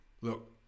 look